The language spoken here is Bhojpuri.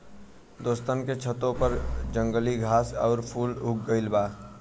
दोस्तन के छतों पर जंगली घास आउर फूल उग गइल बा